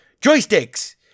joysticks